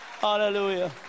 Hallelujah